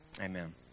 amen